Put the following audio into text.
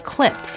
Clip